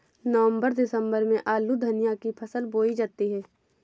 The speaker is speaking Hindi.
नवम्बर दिसम्बर में आलू धनिया की फसल बोई जाती है?